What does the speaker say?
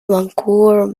vancouver